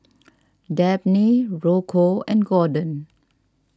Dabney Rocco and Gorden